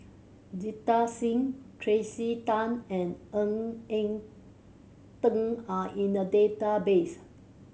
Jita Singh Tracey Tan and Ng Eng Teng are in the database